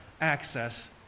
access